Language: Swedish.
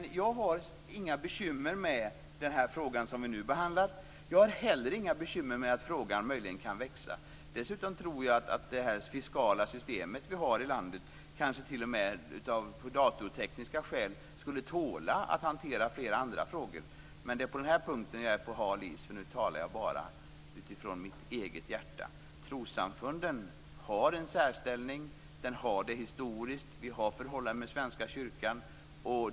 Jag har inga bekymmer med den fråga som vi nu behandlar. Jag har heller inga bekymmer med att frågan möjligen kan växa. Dessutom tror jag att det fiskala system som vi har i landet datatekniskt skulle tåla att hantera flera andra frågor. Men på den punkten är jag på hal is, för nu talar jag bara utifrån mitt eget hjärta. Trossamfunden har en särställning. De har det historiskt. Vi har förhållandet med Svenska kyrkan.